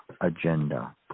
agenda